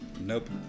Nope